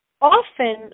often